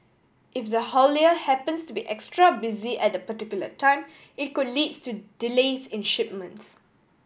if the haulier happens to be extra busy at the particular time it could leads to delays in shipments